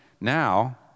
now